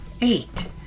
Eight